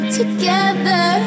together